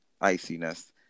iciness